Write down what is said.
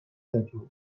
zaitu